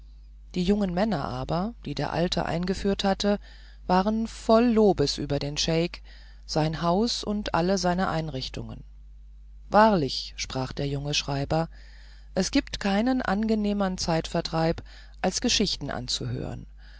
die jungen männer aber die der alte eingeführt hatte waren voll lobes über den scheik sein haus und alle seine einrichtungen wahrlich sprach der junge schreiber es gibt keinen angenehmern zeit vertreib als geschichten anzuhören